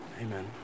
Amen